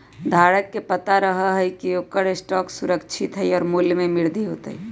धारक के पता रहा हई की ओकर स्टॉक सुरक्षित हई और मूल्य में वृद्धि होतय